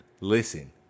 listen